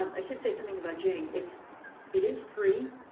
i should say something about jing. it it is free,